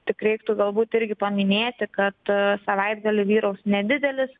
tik reiktų galbūt irgi paminėti kad e savaitgalį vyraus nedidelis